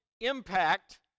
impact